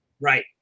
Right